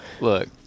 Look